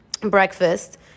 breakfast